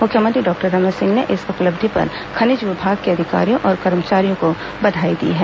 मुख्यमंत्री डॉक्टर रमन सिंह ने इस उपलब्धि पर खनिज विभाग के अधिकारियों और कर्मचारियों को बधाई दी है